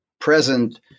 present